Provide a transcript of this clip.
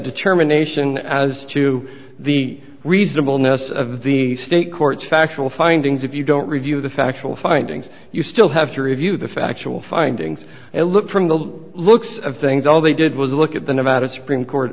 determination as to the reasonableness of the state court factual findings if you don't review the factual findings you still have to review the factual findings and look from the looks of things all they did was look at the nevada supreme court